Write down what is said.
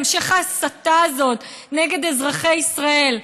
המשך ההסתה הזאת נגד אזרחי ישראל?